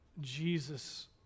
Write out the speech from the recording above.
Jesus